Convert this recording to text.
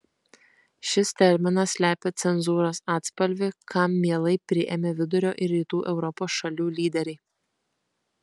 šis terminas slepia cenzūros atspalvį kam mielai priėmė vidurio ir rytų europos šalių lyderiai